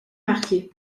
marquée